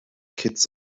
kitts